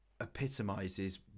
epitomizes